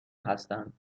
هستند